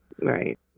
right